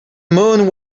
moon